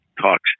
talks